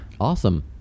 Awesome